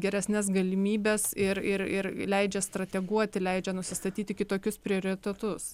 geresnes galimybes ir ir ir leidžia strateguoti leidžia nusistatyti kitokius prioritetus